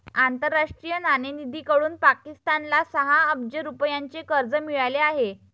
आंतरराष्ट्रीय नाणेनिधीकडून पाकिस्तानला सहा अब्ज रुपयांचे कर्ज मिळाले आहे